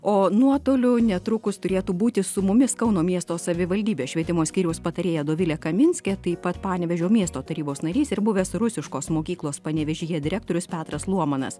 o nuotoliu netrukus turėtų būti su mumis kauno miesto savivaldybės švietimo skyriaus patarėja dovilė kaminskienė taip pat panevėžio miesto tarybos narys ir buvęs rusiškos mokyklos panevėžyje direktorius petras luomanas